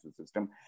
system